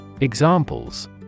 Examples